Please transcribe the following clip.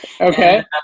Okay